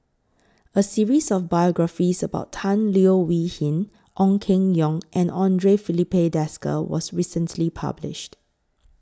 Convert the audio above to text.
A series of biographies about Tan Leo Wee Hin Ong Keng Yong and Andre Filipe Desker was recently published